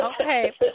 Okay